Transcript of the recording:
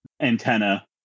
antenna